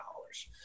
dollars